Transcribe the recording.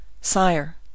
Sire